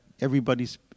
everybody's